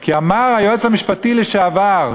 כי אמר היועץ המשפטי לשעבר,